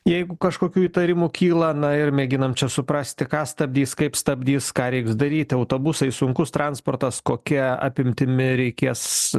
jeigu kažkokių įtarimų kyla na ir mėginam čia suprasti ką stabdys kaip stabdys ką reiks daryti autobusai sunkus transportas kokia apimtimi reikės